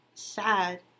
sad